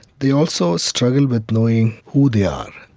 they also struggle with knowing who they are,